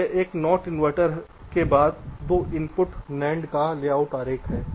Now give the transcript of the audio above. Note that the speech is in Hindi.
यह एक नॉट इनवर्टर के बाद दो इनपुट NAND का लेआउट आरेख है